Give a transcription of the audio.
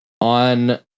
on